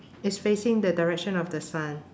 it's facing the direction of the sun